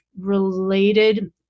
related